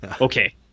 okay